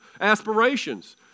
aspirations